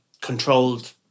controlled